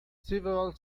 several